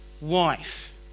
wife